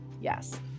Yes